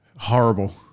Horrible